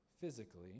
physically